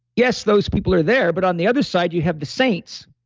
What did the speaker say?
yes, those people are there, but on the other side, you have the saints.